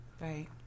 Right